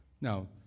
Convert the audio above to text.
Now